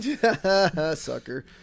Sucker